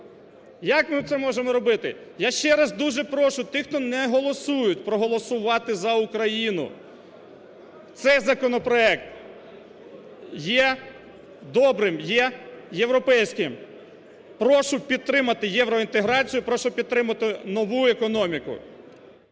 як ми можемо це робити? Я ще раз дуже прошу тих, хто не голосує, проголосувати за Україну. Цей законопроект є добрим, є європейським. Прошу підтримати євроінтеграцію, прошу підтримати нову економіку.